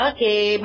Okay